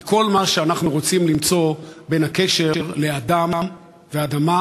היא כל מה שאנחנו רוצים למצוא בקשר בין האדם לאדמה,